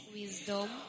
Wisdom